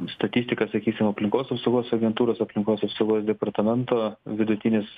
statistiką sakysim aplinkos apsaugos agentūros aplinkos apsaugos departamento vidutinis